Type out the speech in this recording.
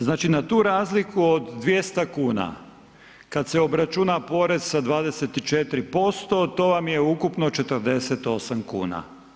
Znači na tu razliku od 200 kuna, kad se obračuna porez sa 24%, to vam je ukupno 48 kuna.